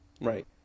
Right